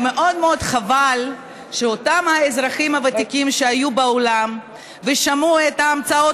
מאוד מאוד חבל שאותם אזרחים ותיקים שהיו באולם שמעו את ההמצאות